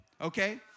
okay